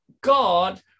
God